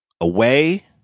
Away